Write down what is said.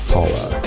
Paula